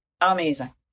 amazing